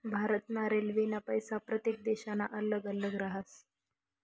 भारत ना रेल्वेना पैसा प्रत्येक देशना अल्लग अल्लग राहस